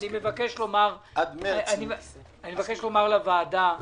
אני מבקש לומר לוועדה: